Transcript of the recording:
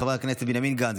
חברי הכנסת בנימין גנץ,